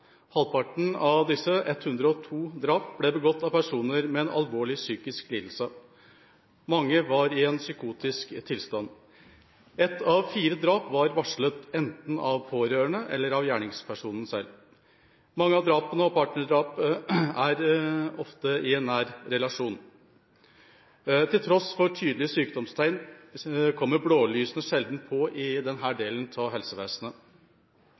Halvparten av disse, 102 drap, ble begått av personer med en alvorlig psykisk lidelse. Mange var i en psykotisk tilstand. Ett av fire drap var varslet, enten av pårørende eller av gjerningspersonen selv. Mange av drapene skjer i nære relasjoner. Til tross for tydelige sykdomstegn kommer blålysene sjelden på i denne delen av helsevesenet.